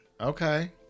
Okay